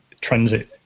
transit